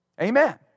Amen